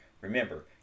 remember